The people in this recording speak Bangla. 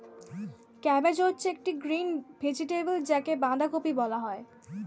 ক্যাবেজ হচ্ছে একটি গ্রিন ভেজিটেবল যাকে বাঁধাকপি বলা হয়